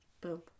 Boom